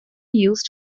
used